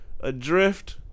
Adrift